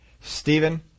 Stephen